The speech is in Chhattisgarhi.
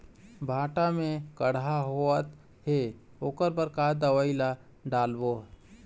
भांटा मे कड़हा होअत हे ओकर बर का दवई ला डालबो?